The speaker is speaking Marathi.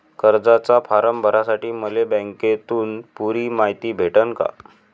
कर्जाचा फारम भरासाठी मले बँकेतून पुरी मायती भेटन का?